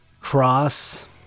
cross